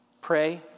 Pray